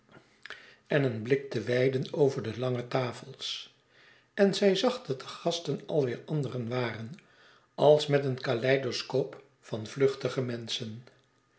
en een blik te weiden over de lange tafels en zij zag dat de gasten alweêr andere waren als met een kaleidoscoop van vluchtige menschen